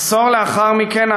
עשור לאחר מכן,